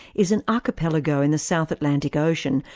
is an archipelago in the south atlantic ocean,